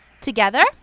Together